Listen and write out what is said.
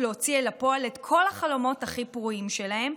להוציא לפועל את כל החלומות הכי פרועים שלהם,